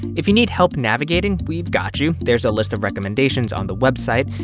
if you need help navigating, we've got you. there's a list of recommendations on the website.